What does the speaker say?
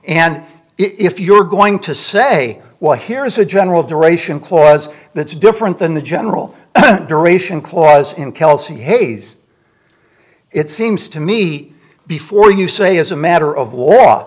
and if you're going to say well here is a general duration clause that's different than the general duration clause in kelsey hayes it seems to me before you say as a matter of wa